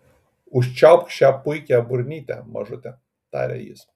užčiaupk šią puikią burnytę mažute tarė jis